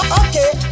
okay